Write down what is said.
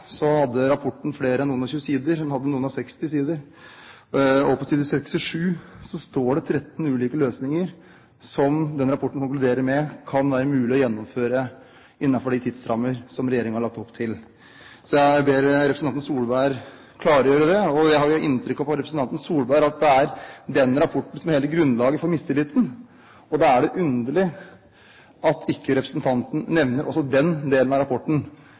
Så jeg ber representanten Solberg klargjøre det. Jeg har inntrykk av fra representanten Solberg at det er den rapporten som er hele grunnlaget for mistilliten, og da er det underlig at ikke representanten nevner også den delen av rapporten